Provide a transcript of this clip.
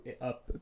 up